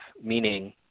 meaning